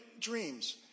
dreams